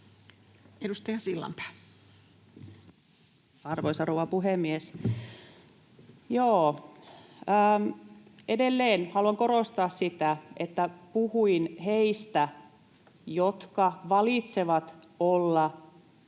15:07 Content: Arvoisa rouva puhemies! Joo, edelleen haluan korostaa sitä, että puhuin heistä, jotka valitsevat olla